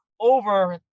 over